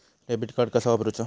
Debit card कसा वापरुचा?